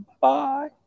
Bye